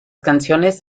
canciones